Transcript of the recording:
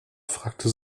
fragte